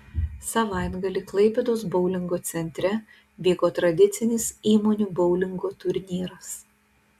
savaitgalį klaipėdos boulingo centre vyko tradicinis įmonių boulingo turnyras